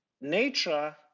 Nature